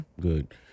good